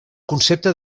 concepte